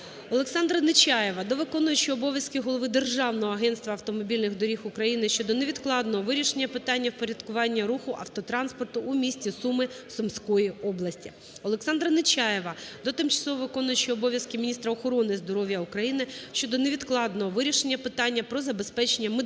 Олександра Нечаєва до виконуючого обов'язки голови Державного агентства автомобільних доріг України щодо невідкладного вирішення питання впорядкування руху автотранспорту у місті Суми Сумської області. Олександра Нечаєва до тимчасово виконуючої обов'язки Міністра охорони здоров'я України щодо невідкладного вирішення питання про забезпечення медичним